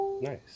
nice